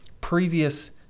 previous